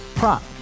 Prop